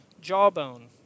jawbone